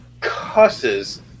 cusses